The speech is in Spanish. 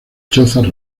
chozas